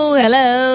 hello